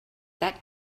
that